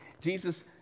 Jesus